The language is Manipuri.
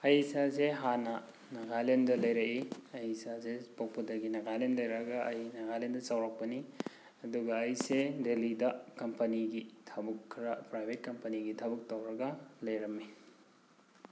ꯑꯩ ꯏꯁꯥꯁꯦ ꯍꯥꯟꯅ ꯅꯥꯒꯥꯂꯦꯟꯗ ꯂꯩꯔꯛꯏ ꯑꯩ ꯏꯁꯥꯁꯦ ꯄꯣꯛꯄꯗꯒꯤꯅ ꯅꯥꯒꯥꯂꯦꯟ ꯂꯩꯔꯛꯑꯒ ꯑꯩ ꯅꯥꯒꯥꯂꯦꯟꯗ ꯆꯥꯎꯔꯛꯄꯅꯤ ꯑꯗꯨꯒ ꯑꯩꯁꯦ ꯗꯦꯜꯂꯤꯗ ꯀꯝꯄꯅꯤꯒꯤ ꯊꯕꯛ ꯈꯔ ꯄ꯭ꯔꯥꯏꯚꯦꯠ ꯀꯝꯄꯅꯤꯒꯤ ꯊꯕꯛ ꯇꯧꯔꯒ ꯂꯩꯔꯝꯃꯤ